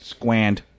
Squand